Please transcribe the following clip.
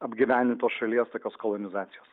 apgyvendintos šalies tokios kolonizacijos